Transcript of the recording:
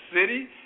city